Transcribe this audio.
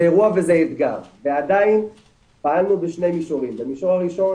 זה אירוע וזה אתגר ועדיין פעלנו בשני מישורים: במישור הראשון,